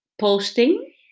posting